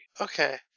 Okay